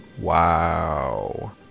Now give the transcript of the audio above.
wow